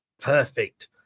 Perfect